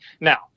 Now